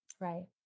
Right